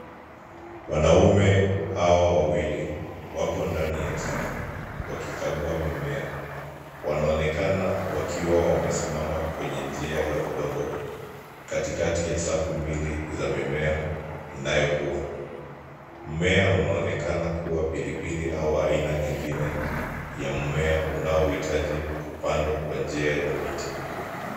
Wanaume hawa wawili wako ndani ya chafu waki kagua mimea, wana onekana wakiwa wamesimama kwenye njia ya udongo katikati ya safu mbil za mimea inayo kua. Mmea una onekana kuwa pilipili au aina nyingine ya mmea unao hitaji kupandwa kwa njia ya mti.